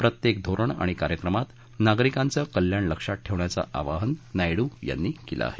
प्रत्येक धोरण आणि कार्यक्रमात नागरिकांच कल्याण लक्षात ठेवण्याचं आवाहन नायडू यांनी केलं आहे